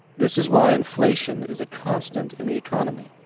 this is why inflation is a constant in the economy,